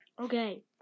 Okay